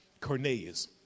Cornelius